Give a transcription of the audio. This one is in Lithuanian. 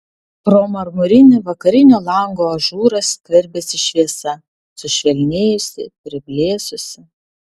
pro marmurinį vakarinio lango ažūrą skverbėsi šviesa sušvelnėjusi priblėsusi